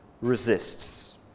resists